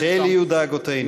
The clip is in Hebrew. שאלו יהיו דאגותינו.